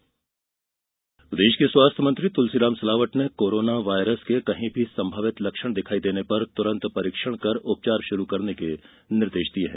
corona virus प्रदेश के स्वास्थ्य मंत्री तुलसीराम सिलावट ने कोरोना वायरस के कहीं भी संभावित लक्षण दिखायी देने पर तुरंत परीक्षण कर उपचार शुरू करने के निर्देश दिए है